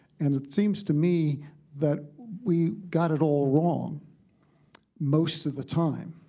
and it seems to me that we got it all wrong most of the time,